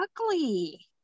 ugly